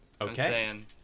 Okay